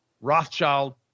Rothschild